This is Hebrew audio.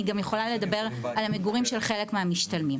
אני גם יכולה לדבר על המגורים של חלק מהמשתלמים.